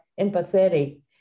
empathetic